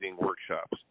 workshops